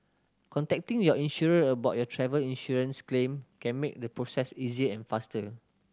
contacting your insurer about your travel insurance claim can make the process easier and faster